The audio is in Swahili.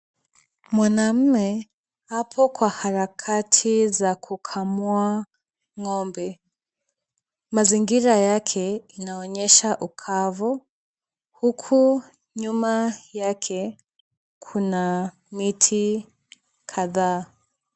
Mwanaume apo kwa harakati za kukamua ng'ombe. Mazingira yake inaonyesha ukavu, huku nyuma yake kuna miti kadhaa.